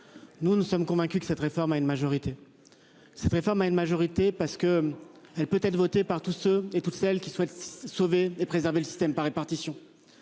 Nous nous sommes convaincus que cette réforme a une majorité. Cette réforme a une majorité parce que elle peut être votée par tous ceux et toutes celles qui souhaitent sauver et préserver le système par répartition.